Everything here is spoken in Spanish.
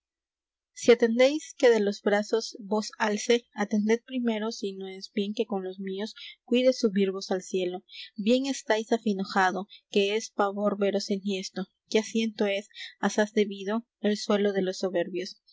atendéis que de los brazos vos alce atended primero si no es bien que con los míos cuide subirvos al cielo bien estáis afinojado que es pavor veros enhiesto que asiento es asaz debido el suelo de los soberbios